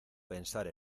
pensar